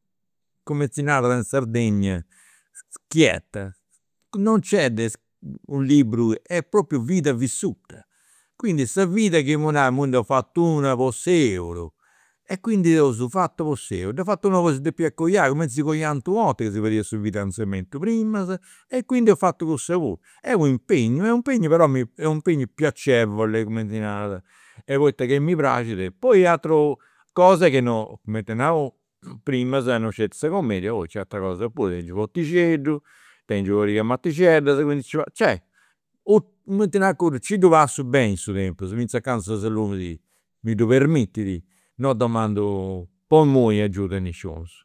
cumenti si narat in Sardegna, schietta, non nc'est u' liburu, est propriu vida vissuta. Quindi sa vida, chi imui imui nd'eus fatu una po s'euru e quindi dd'eus fatu po s'euru, dda fatu nou chi si depiat coiai, cumenti si coiant u' 'orta chi si fadiat su fidanzamentu primas. E quindi eus fatu cussa puru. Est u' impegnu, est u' impegnu però mi, est u' impegnu piacevole, cumenti si narat, e poita che mi praxit. Poi ateru cosa che no, cumenti nau primas non sceti sa cumedia, poi nc'est ateras cosas puru chi, tengiu u' ortixeddu, tengiu una pariga 'e matixeddas, quindi nci passu, cioè cumenti narat cuddu, nci ddu passu beni su tempus, finzas a candu sa saludi mi ddu permittit, non domandu po imui agiudu a nisciunus